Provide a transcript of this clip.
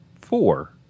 Four